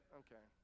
okay